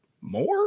more